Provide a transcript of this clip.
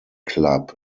club